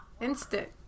instant